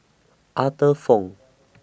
Arthur Fong